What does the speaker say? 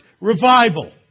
Revival